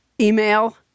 email